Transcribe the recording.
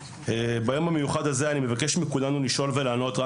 ביום המיוחד הזה אני מבקש מכולנו לשאול ולענות רק